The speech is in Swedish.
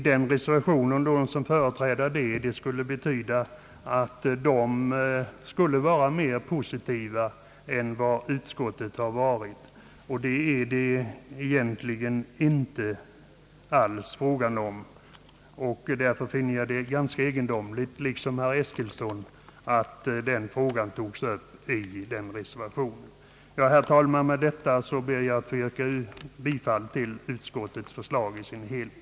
Det ger ett intryck av att de som företräder reservationen skulle vara mera positiva än vad utskottet har varit, och det är det egentligen inte alls fråga om. Därför finner jag det ganska egendomligt, liksom herr Eskilsson gjorde, att den frågan togs upp i den här reservationen. Herr talman! Jag ber att få yrka bifall till utskottets förslag i dess helhet.